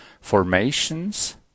formations